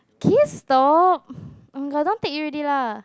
can you stop don't take already lah